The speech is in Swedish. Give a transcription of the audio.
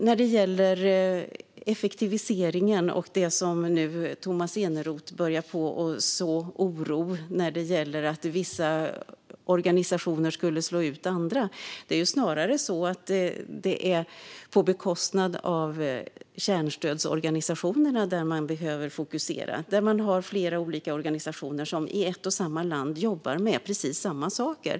När det så gäller effektiviseringen och det som Tomas Eneroth börjar så oro om - att vissa organisationer skulle slå ut andra - är det snarare så att det är på bekostnad av kärnstödsorganisationerna som man behöver fokusera. Där har man flera olika organisationer som i ett och samma land jobbar med precis samma saker.